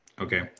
Okay